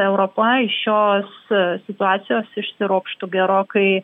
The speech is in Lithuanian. europa iš šios situacijos išsiropštų gerokai